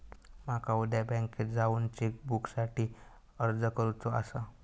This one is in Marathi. माका उद्या बँकेत जाऊन चेक बुकसाठी अर्ज करुचो आसा